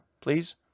please